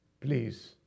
please